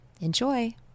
Enjoy